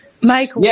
Mike